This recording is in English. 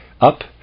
Up